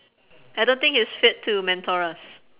I don't think he's fit to mentor us